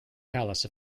palace